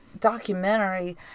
documentary